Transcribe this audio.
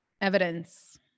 evidence